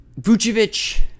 Vucevic